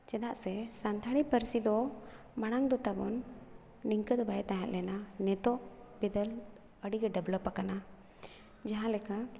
ᱪᱮᱫᱟᱜ ᱥᱮ ᱥᱟᱱᱛᱟᱲᱤ ᱯᱟᱹᱨᱥᱤ ᱫᱚ ᱢᱟᱲᱟᱝ ᱫᱚ ᱛᱟᱵᱚᱱ ᱱᱤᱝᱠᱟᱹ ᱫᱚ ᱵᱟᱭ ᱛᱟᱦᱮᱸᱞᱮᱱᱟ ᱱᱤᱛᱳᱜ ᱵᱤᱫᱟᱹᱞ ᱟᱹᱰᱤᱜᱮ ᱰᱮᱵᱞᱚᱯ ᱟᱠᱟᱱᱟ ᱡᱟᱦᱟᱸᱞᱮᱠᱟ